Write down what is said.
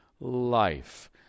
life